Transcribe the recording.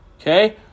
Okay